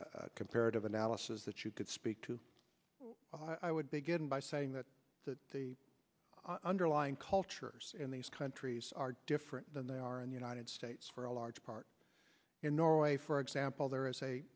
of comparative analysis that you could speak to i would begin by saying that the underlying cultures in these countries are different than they are in the united states for a large part in norway for example there is a